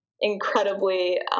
incredibly